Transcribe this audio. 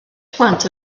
plant